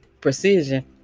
precision